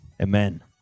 Amen